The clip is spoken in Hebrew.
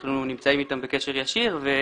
ואנחנו נמצאים אתם בקשר ישיר.